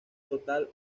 total